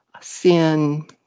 sin